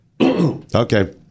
Okay